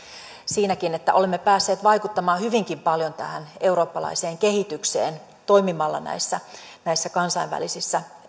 siinäkin että olemme päässeet vaikuttamaan hyvinkin paljon tähän eurooppalaiseen kehitykseen toimimalla näissä kansainvälisissä